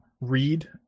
read